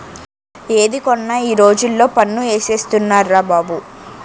ఏది కొన్నా ఈ రోజుల్లో పన్ను ఏసేస్తున్నార్రా బాబు